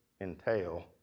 entail